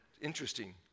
Interesting